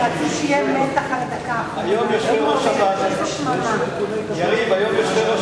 שיהיה מתח עד הדקה האחרונה, יריב, היום יושבי-ראש